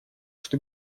что